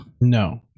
no